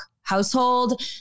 household